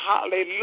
Hallelujah